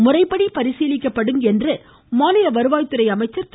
முறைப்படி பரிசீலிக்கப்படும் என்று மாநில வருவாய்துறை அமைச்சர் திரு